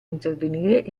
intervenire